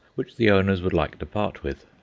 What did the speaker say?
which the owners would like to part with.